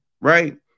right